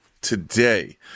today